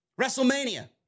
WrestleMania